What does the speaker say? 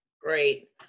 Great